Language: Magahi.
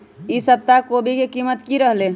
ई सप्ताह कोवी के कीमत की रहलै?